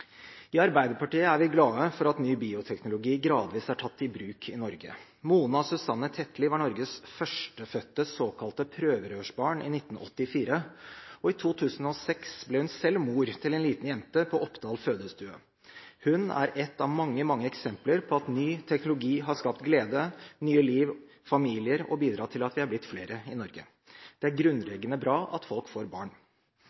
I Arbeiderpartiet er vi glade for at ny bioteknologi gradvis er tatt i bruk i Norge. Mona Susanne Tetlie var Norges førstefødte såkalte prøverørsbarn i 1984, og i 2006 ble hun selv mor til en liten jente på Oppdal fødestue. Hun er et av mange, mange eksempler på at ny teknologi har skapt glede, nye liv og familier, og bidratt til at vi er blitt flere i Norge. Det er